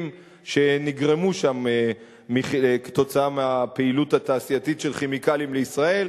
שנגרמו שם מהפעילות התעשייתית של "כימיקלים לישראל".